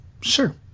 Sure